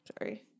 sorry